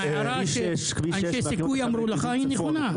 ההערה שאנשי סיכוי אמרו לך היא נכונה.